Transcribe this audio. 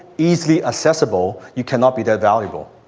easily accessible, you cannot be that valuable.